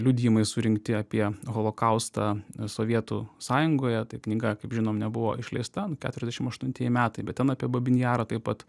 liudijimai surinkti apie holokaustą sovietų sąjungoje tai knyga kaip žinom nebuvo išleista keturiasdešim aštuntieji metai bet ten apie babyn jarą taip pat